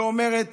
אומרת